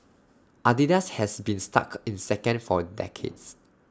Adidas has been stuck in second for decades